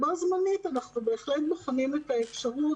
בו בזמן אנחנו בהחלט בוחנים אפשרות,